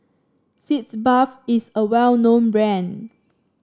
Sitz Bath is a well known brand